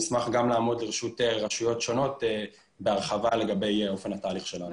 נשמח גם לעמוד לרשות רשויות שונות בהרחבה לגבי אופן התהליך שלנו.